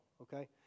okay